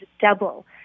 double